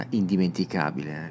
indimenticabile